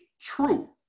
true